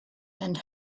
and